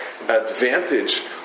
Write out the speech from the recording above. advantage